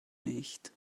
nicht